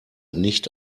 nicht